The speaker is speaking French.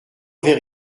vers